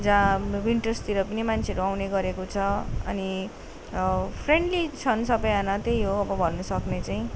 जहाँ विन्टर्सतिर पनि मान्छेहरू आउने गरेको छ अनि फ्रेन्डली छन् सबैजना त्यही हो अब भन्नसक्ने चाहिँ